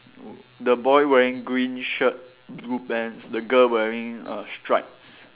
w~ the boy wearing green shirt blue pants the girl wearing err stripes